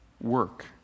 work